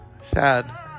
sad